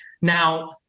Now